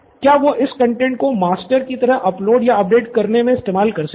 क्या वो इस कंटैंट को मास्टर कि तरह अपलोड या अपडेट करने मे इस्तेमाल कर सकेगा